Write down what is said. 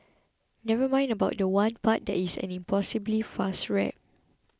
never mind about the one part that is an impossibly fast rap